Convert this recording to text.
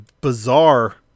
bizarre